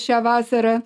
šią vasarą